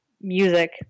music